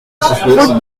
route